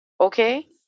okay